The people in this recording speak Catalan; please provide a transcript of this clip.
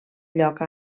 lloc